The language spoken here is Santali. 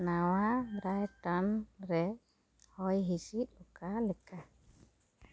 ᱱᱚᱶᱟ ᱵᱨᱟᱭᱴᱟᱱ ᱨᱮ ᱦᱚᱭ ᱦᱤᱥᱤᱫ ᱚᱠᱟᱞᱮᱠᱟ